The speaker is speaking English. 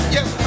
Yes